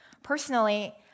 Personally